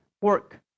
work